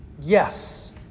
Yes